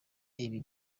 ibi